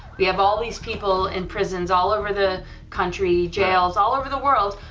we have all these people in prisons all over the country jails all over the world,